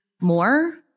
more